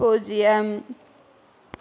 பூஜ்ஜியம்